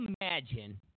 imagine